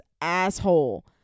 asshole